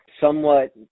somewhat